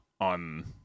on